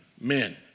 men